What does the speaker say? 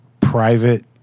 private